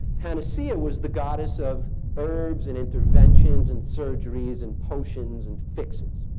panaceia was the goddess of herbs and interventions and surgeries and potions and fixes.